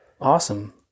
awesome